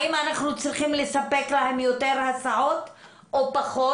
האם אנחנו צריכים לספק להם יותר הסעות או פחות?